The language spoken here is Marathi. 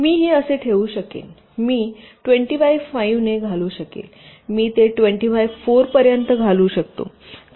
मी हे असे ठेवू शकेन मी २० बाय 5 ने घालू शकेन मी ते 25 बाय 4 पर्यंत घालू शकते